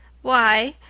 why,